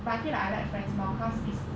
but I feel like I like friends more cause it's